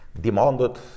demanded